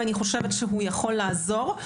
ואני חושבת שיכול לעזור.